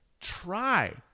try